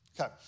Okay